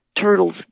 turtles